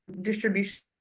distribution